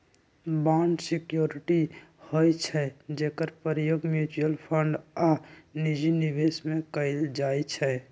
bond security होइ छइ जेकर प्रयोग म्यूच्यूअल फंड आऽ निजी निवेश में कएल जाइ छइ